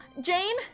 Jane